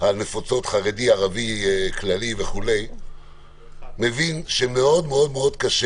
הנפוצות "חרדי, ערבי, כללי", מבין שמאוד קשה